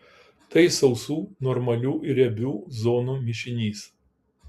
tai sausų normalių ir riebių zonų mišinys